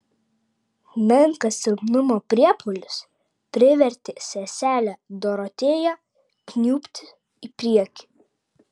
menkas silpnumo priepuolis privertė seselę dorotėją kniubti į priekį